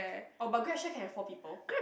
oh but Grab share can have four people